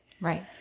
Right